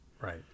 Right